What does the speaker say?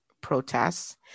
protests